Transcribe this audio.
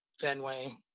Fenway